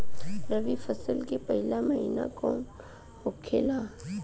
रबी फसल के पहिला महिना कौन होखे ला?